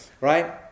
Right